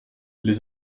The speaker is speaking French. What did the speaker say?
les